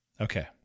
Okay